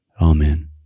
Amen